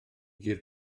gur